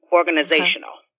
organizational